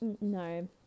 no